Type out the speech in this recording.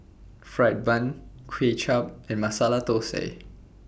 Fried Bun Kway Chap and Masala Thosai